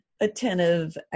attentive